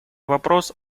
вопрос